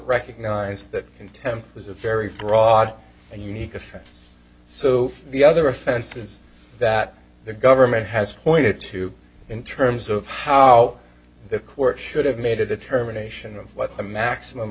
recognized that contempt was a very broad and unique offense so the other offenses that the government has pointed to in terms of how the court should have made a determination of what the maximum